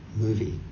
movie